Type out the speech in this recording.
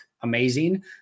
amazing